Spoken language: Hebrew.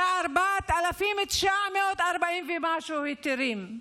זה 4,940 ומשהו היתרים.